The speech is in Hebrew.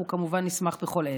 אנחנו, כמובן, נשמח בכל עת.